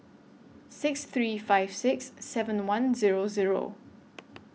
six three five six seven one Zero Zero